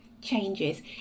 changes